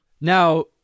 Now –